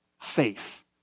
faith